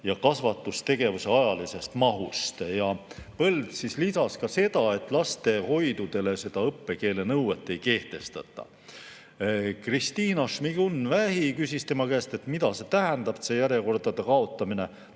ja kasvatustegevuse ajalisest mahust. Põld lisas seda, et lastehoidudele seda õppekeele nõuet ei kehtestata. Kristina Šmigun-Vähi küsis tema käest, mida tähendab järjekordade kaotamine